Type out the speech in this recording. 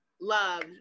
love